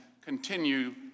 continue